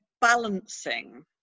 Balancing